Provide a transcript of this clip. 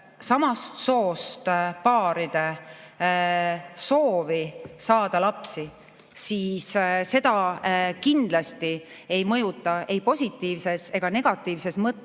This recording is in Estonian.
samast soost paaride soovi saada lapsi, siis seda kindlasti ei mõjuta ei positiivses ega negatiivses mõttes